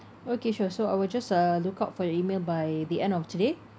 okay sure so I will just uh look out for your email by the end of today